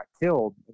killed